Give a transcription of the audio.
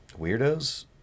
Weirdos